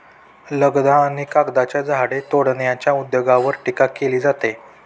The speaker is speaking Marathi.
लगदा आणि कागदाच्या झाडे तोडण्याच्या उद्योगावर टीका केली जाते